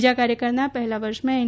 બીજા કાર્યકાળના પહેલા વર્ષમાં એન